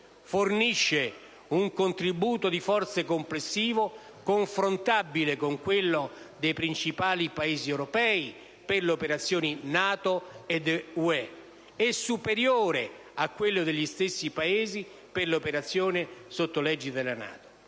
fornisce un contributo di forze complessivo, confrontabile con quello dei principali Paesi europei per le operazioni NATO ed Unione europea e superiore a quello degli stessi Paesi per le operazioni sotto l'egida dell'ONU;